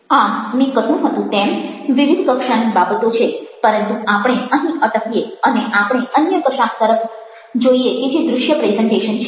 આમ મેં કહ્યું હતું તેમ વિવિધ કક્ષાની બાબતો છે પરંતુ આપણે અહીં અટકીએ અને આપણે અન્ય કશાક તરફ જોઈએ કે જે દૃશ્ય પ્રેઝન્ટેશન છે